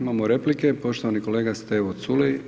Imamo replike poštovani kolega Stevo Culej.